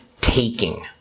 taking